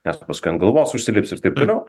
nes paskui ant galvos užsilips ir taip toliau